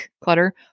clutter